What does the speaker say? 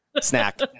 snack